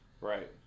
Right